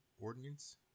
ordinance